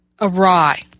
awry